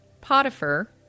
Potiphar